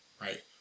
right